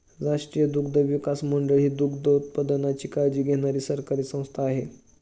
राष्ट्रीय दुग्धविकास मंडळ ही दुग्धोत्पादनाची काळजी घेणारी सरकारी संस्था आहे